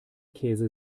käse